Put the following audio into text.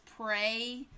pray